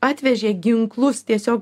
atvežė ginklus tiesiog